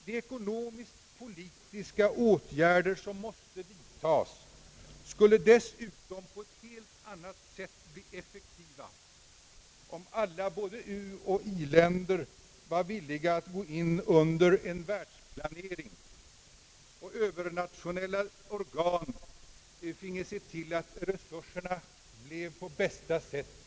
De ekonmisk-politiska åtgärder som måste vidtas skulle dessutom på ett helt annat sätt bli effektiva, om alla — både uoch i-länder — var villiga att gå in under en familjeplanering och övernationella organ finge se till att resurserna blev utnyttjade på bästa sätt.